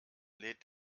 lädt